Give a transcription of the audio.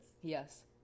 yes